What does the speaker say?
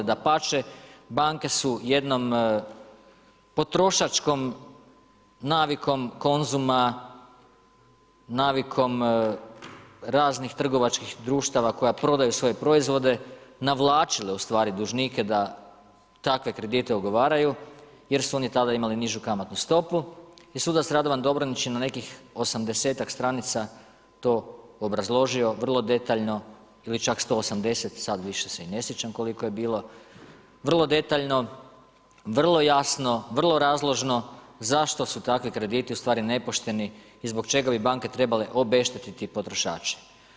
Dapače, banke su jednom potrošačkom navikom konzuma, navikom raznih trgovačkih društva koja prodaju svoje proizvode navlačile u stvari, dužnike da takve kredite ugovaraju jer su oni tada imali nižu kamatnu stopu i sudac Radovan Dobronić je na nekih 80-ak stranica to obrazložio vrlo detaljno ili čak 180, sad više se i ne sjećam koliko je bilo, vrlo detaljno, vrlo jasno, vrlo razložno zašto su takvi krediti u stvari nepošteni i zbog čega bi banke trebale obeštetiti potrošače.